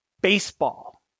baseball